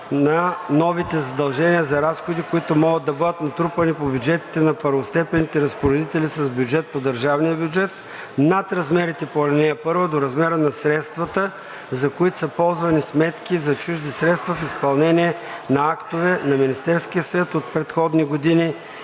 на новите задължения за разходи, които могат да бъдат натрупани по бюджетите на първостепенните разпоредители с бюджет по държавния бюджет, над размерите по ал. 1 до размера на средствата, за които са ползвани сметки за чужди средства в изпълнение на актове на Министерския съвет от предходни години,